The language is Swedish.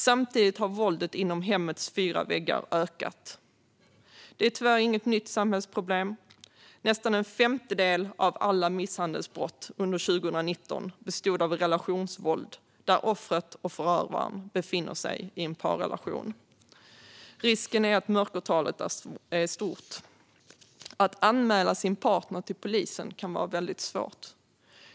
Samtidigt har våldet inom hemmets fyra väggar ökat. Det är tyvärr inget nytt samhällsproblem. Nästan en femtedel av alla misshandelsbrott under 2019 bestod av relationsvåld där offret och förövaren befann sig i en parrelation. Risken är att mörkertalet är stort. Att anmäla sin partner till polisen kan vara väldigt svårt.